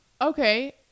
Okay